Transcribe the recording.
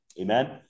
Amen